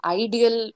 ideal